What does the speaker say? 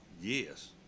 yes